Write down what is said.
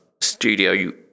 studio